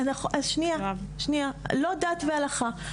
לא דת והלכה.